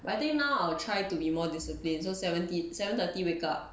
but I think now I'll try to be more disciplined so seventy seven thirty wake up